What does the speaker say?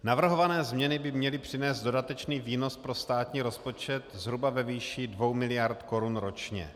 Navrhované změny by měly přinést dodatečný výnos pro státní rozpočet zhruba ve výši 2 miliard korun ročně.